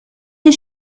his